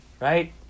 right